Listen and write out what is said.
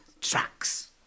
tracks